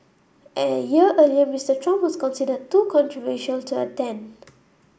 a year earlier Mister Trump was considered too controversial to attend